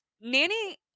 Nanny